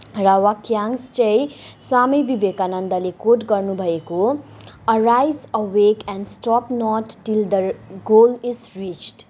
र वाक्यांश चाहिँ स्वामी विवेकानन्दले कोट गर्नुभएको arise awake and stop not till the goal is reached